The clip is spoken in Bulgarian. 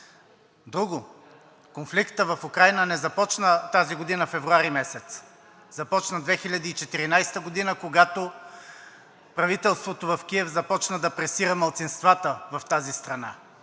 Друго. Конфликтът в Украйна не започна тази година месец февруари, започна 2014 г., когато правителството в Киев започна да пресира малцинствата в тази страна